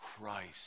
Christ